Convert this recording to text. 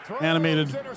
animated